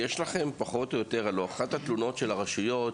אחת התלונות של הרשויות